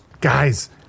Guys